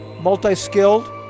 multi-skilled